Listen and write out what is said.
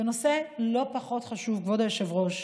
זה נושא לא פחות חשוב, כבוד היושב-ראש.